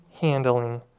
handling